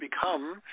become